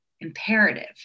imperative